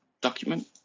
document